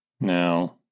now